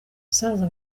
musaza